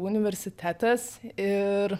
universitetas ir